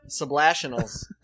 Sublationals